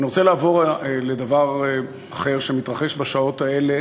אני רוצה לעבור לדבר אחר שמתרחש בשעות האלה